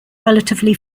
relatively